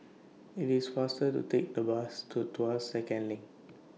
IT IS faster to Take The Bus to Tuas Second LINK